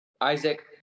Isaac